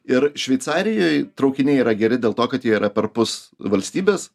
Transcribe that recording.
ir šveicarijoj traukiniai yra geri dėl to kad jie yra perpus valstybės